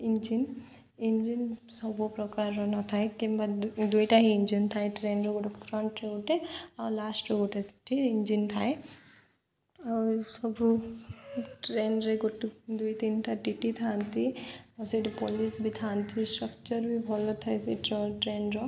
engine engine ସବୁ ପ୍ରକାର ନଥାଏ କିମ୍ବା ଦୁ ଦୁଇଟା ହିଁ ଇଞ୍ଜିନ୍ ଥାଏ ଟ୍ରେନ୍ର ଗୋଟେ ଫ୍ରଣ୍ଟରେ ଗୋଟେ ଆଉ ଲାଷ୍ଟରେ ଗୋଟେ ସେଠି ଇଞ୍ଜିନ୍ ଥାଏ ଆଉ ସବୁ ଟ୍ରେନ୍ରେ ଗୋଟେ ଦୁଇ ତିନିଟା ଟି ଟି ଥାଆନ୍ତି ଆଉ ସେଇଠି ପୋଲିସ ବି ଥାଆନ୍ତି ଷ୍ଟ୍ରକ୍ଚର୍ ବି ଭଲ ଥାଏ ସେଇ ଟଲ୍ ଟ୍ରେନ୍ର